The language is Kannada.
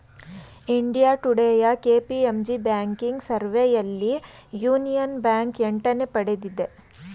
ಇಂಡಿಯಾ ಟುಡೇಯ ಕೆ.ಪಿ.ಎಂ.ಜಿ ಬ್ಯಾಂಕಿಂಗ್ ಸರ್ವೆಯಲ್ಲಿ ಯೂನಿಯನ್ ಬ್ಯಾಂಕ್ ಎಂಟನೇ ಪಡೆದಿದೆ